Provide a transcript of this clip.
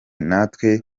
natwe